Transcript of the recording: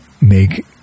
make